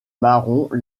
marron